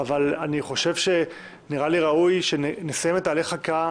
אבל נראה לי שראוי שנסיים את הליך החקיקה